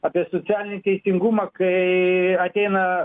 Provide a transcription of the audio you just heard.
apie socialinį teisingumą kai ateina